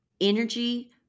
Energy